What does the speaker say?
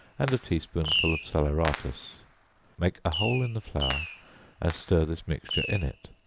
and a tea-spoonful of salaeratus make a hole in the flour and stir this mixture in it,